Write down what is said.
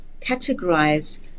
categorize